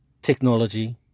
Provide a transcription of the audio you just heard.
technology